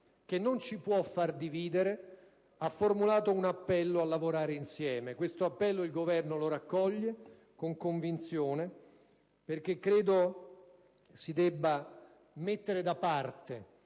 che non può dividerci, ha formulato un appello a lavorare insieme. Questo appello il Governo lo raccoglie con convinzione, perché credo che si debba mettere da parte